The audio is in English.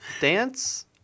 Dance